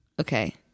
okay